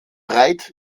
breit